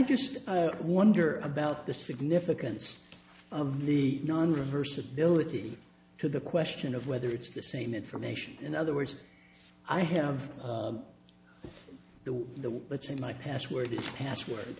just wonder about the significance of the non reversibility to the question of whether it's the same information in other words i have the way the let's say my password is password